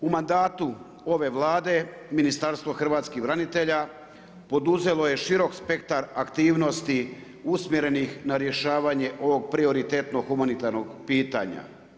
U mandatu ove Vlade Ministarstvo hrvatskih branitelja poduzelo je širok spektar aktivnosti usmjerenih na rješavanje ovog prioritetnog pitanja.